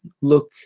look